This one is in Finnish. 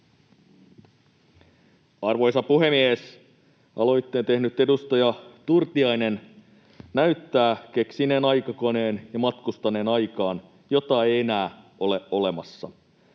Arvoisa puhemies! Aloitteen tehnyt edustaja Turtiainen näyttää keksineen aikakoneen ja matkustaneen aikaan, jota ei enää ole olemassa.